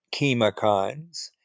chemokines